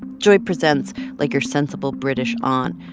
joy presents, like, your sensible british aunt.